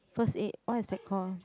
first eight what is that call